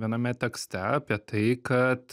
viename tekste apie tai kad